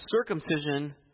circumcision